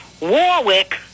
Warwick